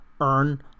earn